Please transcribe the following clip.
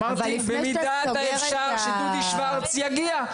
אמרתי במידת האפשר שדודי שוורץ יגיע.